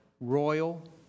royal